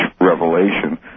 revelation